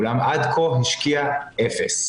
אולם עד כה השקיעה אפס,